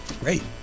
Great